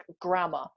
grammar